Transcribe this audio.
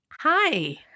hi